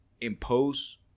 impose